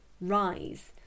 rise